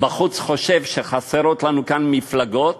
בחוץ חושב שחסרות לנו כאן מפלגות,